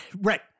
Right